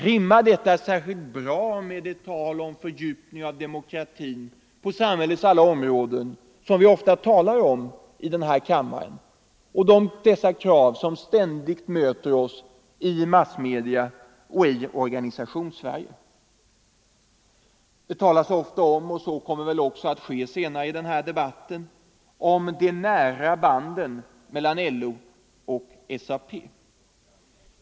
Rimmar detta särskilt bra med den fördjupning av demokratin på samhällets alla områden som vi ofta talar om i denna kammare och med de krav härpå som ständigt möter oss i massmedia och i Organisationssverige? Det talas ofta — och så kommer väl också att göras senare i den här debatten —- om de nära banden mellan LO och SAP.